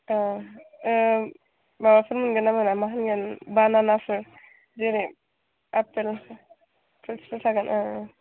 ओं माबाफोर मोनगोन ना मोना मा होनगोन बानानाफोर जेरै आपेल फ्रुट्सफोर थागोन